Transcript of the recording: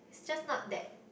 just not that